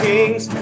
Kings